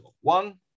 one